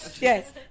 Yes